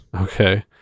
okay